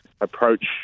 approach